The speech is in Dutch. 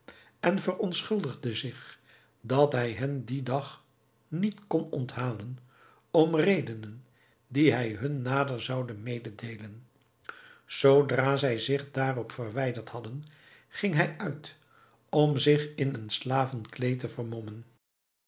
en verontschuldigde zich dat hij hen dien dag niet kon onthalen om redenen die hij hun nader zoude mededeelen zoodra zij zich daarop verwijderd hadden ging hij uit om zich in een slavenkleed te vermommen